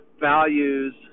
values